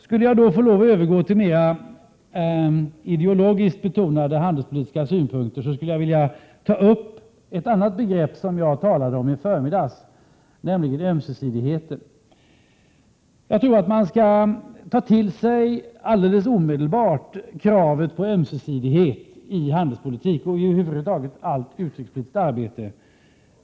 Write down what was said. Om jag så skulle övergå till mer ideologiskt betonade handelspolitiska synpunkter, så skulle jag vilja ta upp ett annat begrepp som jag talade om i förmiddags, nämligen ömsesidigheten. Jag tror att man alldeles omedelbart skall ta till sig kravet på ömsesidighet i handelspolitik och över huvud taget i allt utrikespolitiskt arbete.